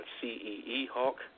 C-E-E-Hawk